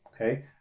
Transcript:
okay